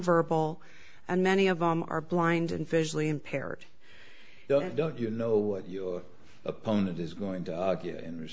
verbal and many of them are blind and visually impaired yet don't you know what your opponent is going to argue in